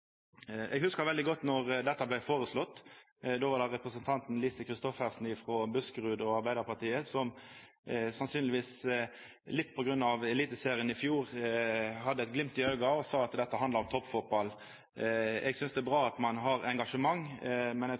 Eg hugsar veldig godt då dette vart føreslått. Då var det representanten Lise Christoffersen frå Buskerud og Arbeidarpartiet som sannsynlegvis litt på grunn av eliteserien i fjor hadde eit glimt i auga og sa at dette handla om toppfotball. Eg synest det er bra at ein har engasjement, men eg